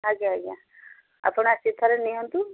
ଆଜ୍ଞା ଆଜ୍ଞା ଆପଣ ଆସିକି ଥରେ ନିଅନ୍ତୁ